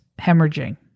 hemorrhaging